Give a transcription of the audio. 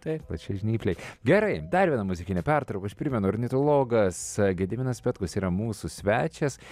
taip plačiažnypliai gerai dar viena muzikinė pertrauka aš primenu ornitologas gediminas petkus yra mūsų svečias